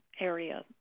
area